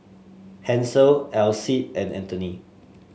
Hansel Alcide and Anthony